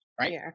right